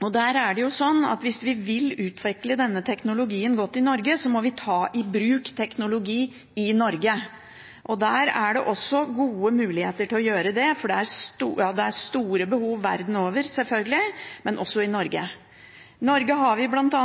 er ute etter. Hvis vi vil utvikle denne teknologien godt i Norge, må vi ta i bruk teknologi i Norge. Det er også gode muligheter til å gjøre det, for det er store behov verden over, selvfølgelig, men også i Norge. Norge har bl.a.